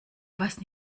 was